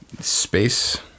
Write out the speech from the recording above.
Space